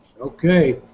Okay